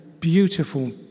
beautiful